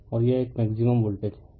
और यह एक मैक्सिमम वोल्टेज है